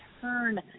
turn